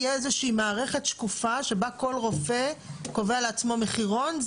תהיה איזושהי מערכת שקופה שבה כל רופא קובע לעצמו מחירון?